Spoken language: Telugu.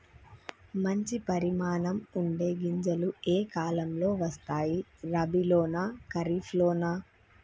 మంచి పరిమాణం ఉండే గింజలు ఏ కాలం లో వస్తాయి? రబీ లోనా? ఖరీఫ్ లోనా?